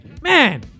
Man